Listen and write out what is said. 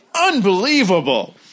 Unbelievable